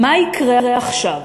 מה יקרה עכשיו?